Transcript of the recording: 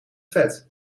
vet